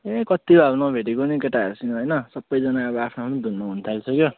ए कति भयो नभेटेको नि केटाहरूसँग होइन सबैजना अब आफ्नो आफ्नो धुनमा हुनु थालिसक्यो